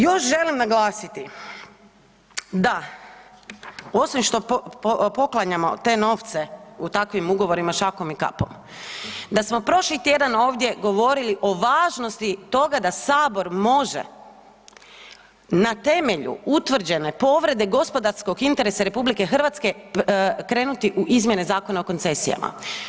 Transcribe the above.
Još želim naglasiti da, osim što poklanjamo te novce u takvim ugovorima šakom i kapom, da smo prošli tjedan ovdje govorili o važnosti toga da Sabor može na temelju utvrđene povrede gospodarskog interesa RH krenuti u izmjene zakona o koncesijama.